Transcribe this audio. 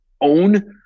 own